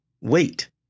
wait